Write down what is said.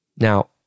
Now